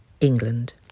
england